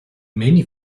many